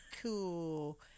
cool